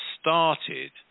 started